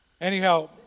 Anyhow